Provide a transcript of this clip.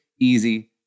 easy